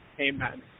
Amen